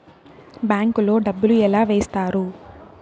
bank లో డబ్బులు ఎలా వేస్తారు